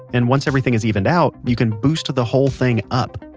and once everything is evened out, you can boost the whole thing up.